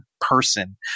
person